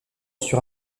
sur